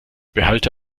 behalte